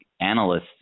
analysts